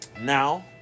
Now